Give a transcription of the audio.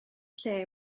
lle